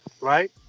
right